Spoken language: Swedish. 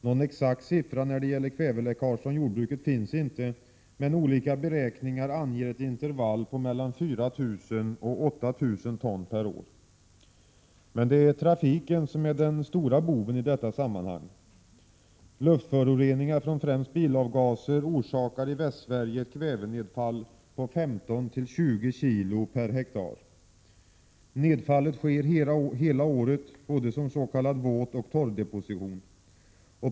Någon exakt siffra när det gäller kväveläckage från jordbruket finns inte, men olika beräkningar anger ett intervall på mellan 4 000 och 8 000 ton per år. Men det är trafiken som är den stora boven i detta sammanhang. Luftföroreningar från främst bilavgaser orsakar i Västsverige ett kvävenedfall på 15-20 kg per hektar. Nedfallet sker hela året som både s.k. våtoch s.k. torrdeposition.